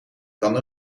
kan